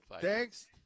Thanks